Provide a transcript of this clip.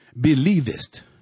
believest